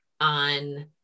on